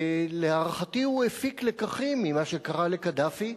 להערכתי הוא הפיק לקחים ממה שקרה לקדאפי,